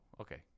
okay